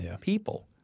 People